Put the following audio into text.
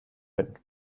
bin